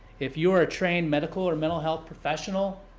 if you are a trained medical or mental health professional,